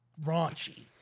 raunchy